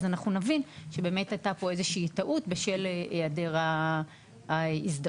נבין שבאמת הייתה טעות בשל היעדר ההזדהות.